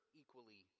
equally